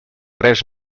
res